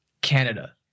Canada